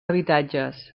habitatges